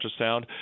ultrasound